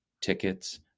tickets